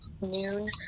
noon